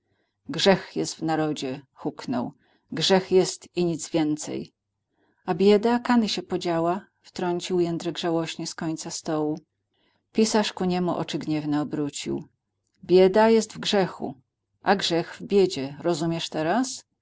grzech jest w narodzie huknął grzech jest i nic więcej a bieda kany się podziała wtrącił jędrek żałośnie z końca stołu pisarz ku niemu oczy gniewnie obrócił bieda jest w grzechu a grzech w biedzie rozumiesz teraz